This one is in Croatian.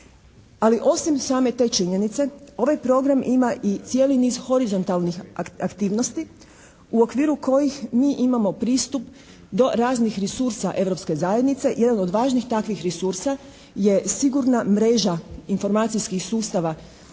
Ali osim same te činjenice ovaj program ima i cijeli niz horizontalnih aktivnosti u okviru kojih mi imamo pristup do raznih resursa Europske zajednice. Jedan od važnih takvih resursa je sigurna mreža informacijskih sustava